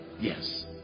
yes